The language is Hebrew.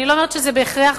אני לא אומרת שזה בהכרח קורה,